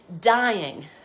dying